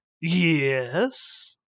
Yes